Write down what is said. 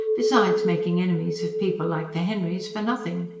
besides making enemies of people like the henrys for nothing.